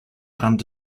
rand